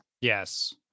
Yes